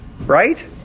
Right